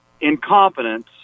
incompetence